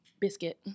Biscuit